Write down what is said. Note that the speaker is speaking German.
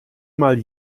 mal